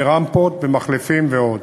ברמפות, במחלפים ועוד.